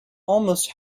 almost